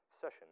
session